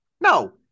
no